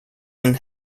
and